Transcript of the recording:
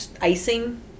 icing